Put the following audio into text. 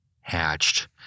hatched